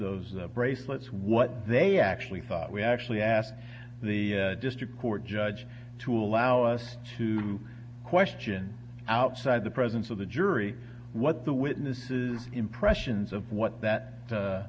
those bracelets what they actually thought we actually asked the district court judge to allow us to question outside the presence of the jury what the witnesses impressions of what that